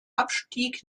abstieg